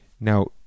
Now